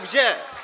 Gdzie?